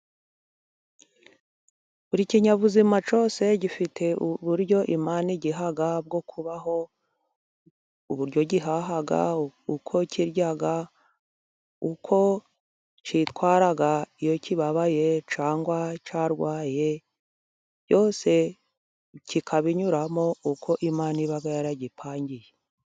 Buri kinyabuzima cyose gifite uburyo Imana igiha bwo kubaho, uburyo gihaha, uko kirya, uko cyitwara iyo kibabaye cyangwa cyarwaye ,byose kikabinyuramo uko Imana iba yaragipangiye.